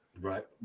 right